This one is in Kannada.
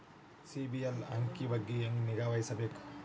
ಸಿಬಿಲ್ ಅಂಕಿ ಬಗ್ಗೆ ಹೆಂಗ್ ನಿಗಾವಹಿಸಬೇಕು?